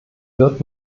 wird